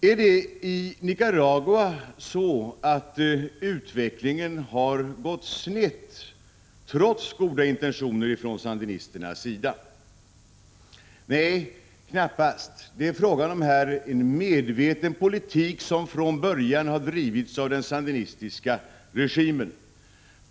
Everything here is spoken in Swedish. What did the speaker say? Är det i Nicaragua så att utvecklingen har gått snett trots goda intentioner från sandinisternas sida? Nej, knappast. Det är där frågan om en medveten politik som från början har drivits av den sandinistiska regimen.